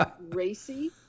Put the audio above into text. racy